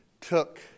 took